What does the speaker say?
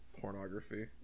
Pornography